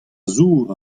zour